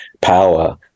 power